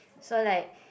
so like